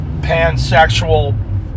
pansexual